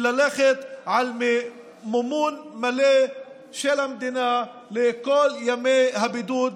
וללכת על מימון מלא של המדינה לכל ימי הבידוד,